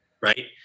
Right